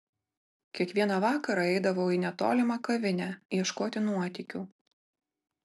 kiekvieną vakarą eidavau į netolimą kavinę ieškoti nuotykių